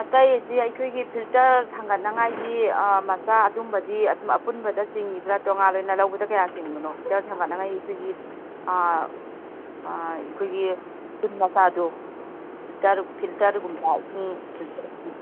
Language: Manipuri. ꯑꯇꯩꯁꯤ ꯑꯩꯈꯣꯏꯒꯤ ꯐꯤꯜꯇꯔ ꯊꯥꯡꯒꯠꯅꯉꯥꯏꯒꯤ ꯃꯆꯥ ꯑꯗꯨꯝꯕꯗꯤ ꯑꯗꯨꯝ ꯑꯄꯨꯟꯕꯗ ꯆꯤꯡꯏꯕ꯭ꯔꯥ ꯇꯣꯉꯥꯟ ꯑꯣꯏꯅ ꯂꯧꯕꯗ ꯀꯌꯥ ꯆꯤꯡꯕꯅꯣ ꯐꯤꯜꯇꯔ ꯊꯥꯡꯒꯠꯅꯉꯥꯏ ꯑꯩꯈꯣꯏꯒꯤ ꯑꯩꯈꯣꯏꯒꯤ ꯇꯨꯟ ꯃꯆꯥꯗꯣ ꯐꯤꯜꯇꯔꯒꯨꯝꯕ ꯏꯁꯤꯡ ꯐꯤꯜꯇꯔꯒꯤ